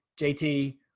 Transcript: jt